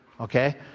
Okay